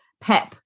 PEP